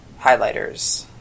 highlighters